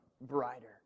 brighter